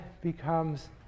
becomes